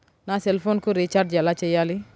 నా సెల్ఫోన్కు రీచార్జ్ ఎలా చేయాలి?